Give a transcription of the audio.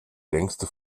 längste